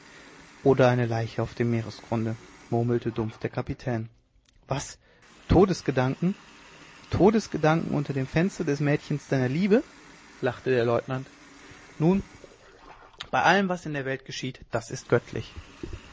oder eine leiche auf dem meeresgrunde murmelte dumpf der kapitän was todesgedanken todesgedanken unter dem fenster des mädchens deiner liebe lachte der leutnant nun bei allem was in der welt geschieht das ist göttlich